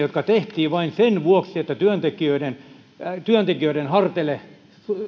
jotka tehtiin vain sen vuoksi että työntekijöiden työntekijöiden harteille